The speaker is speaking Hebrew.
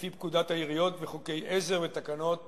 לפי פקודת העיריות וחוקי עזר ותקנות